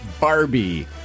Barbie